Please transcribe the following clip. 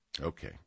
Okay